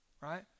right